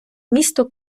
місто